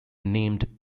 named